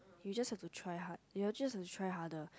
you just have to try hard you're just have to try harder